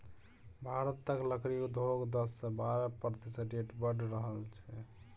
भारतक लकड़ी उद्योग दस सँ बारह प्रतिशत रेट सँ बढ़ि रहल छै